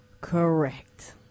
Correct